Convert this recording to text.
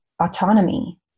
autonomy